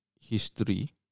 history